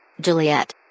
Juliet